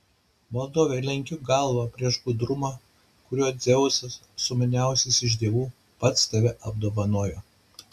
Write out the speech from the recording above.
valdove lenkiu galvą prieš gudrumą kuriuo dzeusas sumaniausias iš dievų pats tave apdovanojo